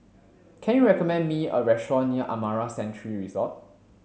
can you recommend me a restaurant near Amara Sanctuary Resort